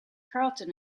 carlton